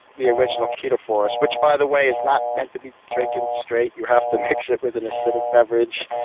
the original ketoforce, which by the way is not meant to be drunk and straight you have to mix it with an acidic beverage.